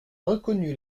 reconnu